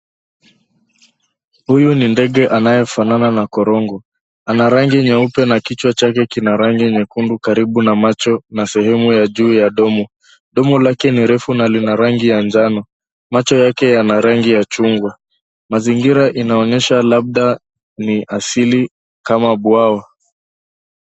Huyu ni ndege anaye fanana na korongo. Anarangi nyeupe na kichwa chake kina rangi nyekundu karibu na macho na sehemu ya juu ya somo. Somo lake ni refu na lina rangi ya njano. Macho yake yana rangi ya chungwa. Mazingira inaonyesha labda ni asili kama bwawa.